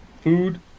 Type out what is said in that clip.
food